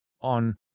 on